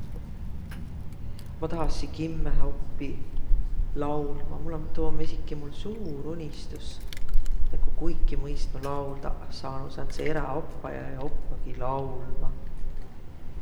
Ma tahassiq kimmähe oppiq laulma. Mul om, tuu om esiki mul suur unistus, et ma kuiki mõistnuq lauldaq. Saanuq sääntse eräoppaja ja opnugiq laulma.